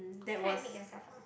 try and make a cellphone